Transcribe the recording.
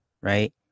right